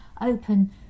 open